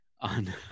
on